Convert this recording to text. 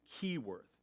Keyworth